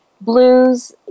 blues